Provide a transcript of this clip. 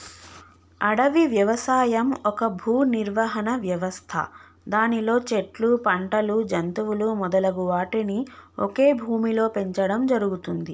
అడవి వ్యవసాయం ఒక భూనిర్వహణ వ్యవస్థ దానిలో చెట్లు, పంటలు, జంతువులు మొదలగు వాటిని ఒకే భూమిలో పెంచడం జరుగుతుంది